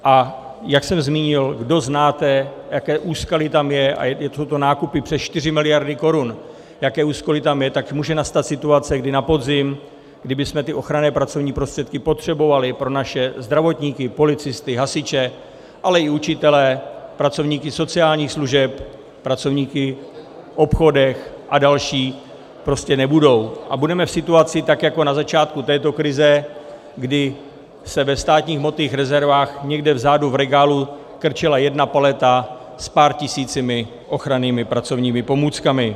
A jak jsem zmínil, kdo znáte, jaké úskalí tam je a jsou to nákupy přes čtyři miliardy korun jaké úskalí tam je, tak může nastat situace, kdy na podzim, kdy bychom ty ochranné pracovní prostředky potřebovali pro naše zdravotníky, policisty, hasiče, ale i učitele, pracovníky sociálních služeb, pracovníky v obchodech a další, prostě nebudou a budeme v situaci tak, jako na začátku této krize, kdy se ve státních hmotných rezervách někde vzadu v regálu krčila jedna paleta s pár tisíci ochrannými pracovními pomůckami.